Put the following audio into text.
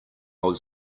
was